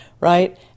right